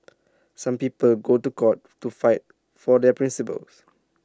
some people go to court to fight for their principles